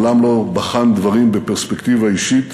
ומעולם לא בחן דברים בפרספקטיבה אישית.